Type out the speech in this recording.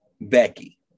Becky